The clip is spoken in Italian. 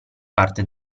parte